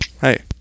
hey